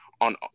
on